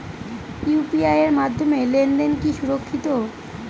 UPI এর মাধ্যমে লেনদেন কি সুরক্ষিত?